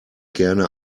gerne